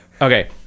Okay